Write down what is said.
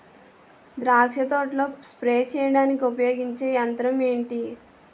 ద్రాక్ష తోటలో స్ప్రే చేయడానికి ఉపయోగించే యంత్రం ఎంటి?